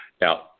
Now